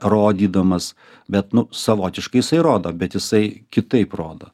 rodydamas bet savotiškai jisai rodo bet jisai kitaip rodo